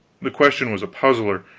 the question was a puzzler.